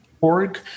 org